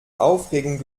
aufregung